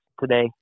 today